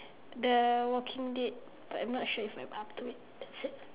the walking dead but I'm not sure if I'm up to it